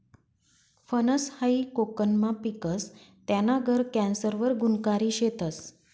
फनस हायी कोकनमा पिकस, त्याना गर कॅन्सर वर गुनकारी शेतस